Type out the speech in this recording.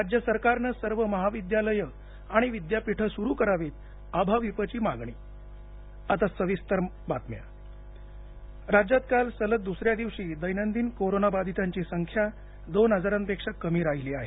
राज्य सरकारनं सर्व महाविद्यालय आणि विद्यापीठे सूरु करावीत अभाविपची मागणी आता सविस्तर बातम्या राज्य कोविड स्थिती राज्यात काल सलग दुसऱ्या दिवशी दैनंदिन कोरोनाबाधितांची संख्या दोन हजारांपेक्षा कमी राहिली आहे